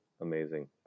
amazing